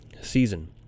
season